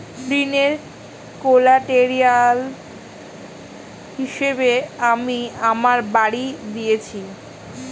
ঋনের কোল্যাটেরাল হিসেবে আমি আমার বাড়ি দিয়েছি